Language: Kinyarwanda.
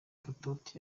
katauti